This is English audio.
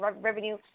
revenue